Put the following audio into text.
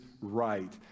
right